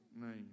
name